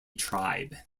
tribe